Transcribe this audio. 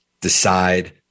Decide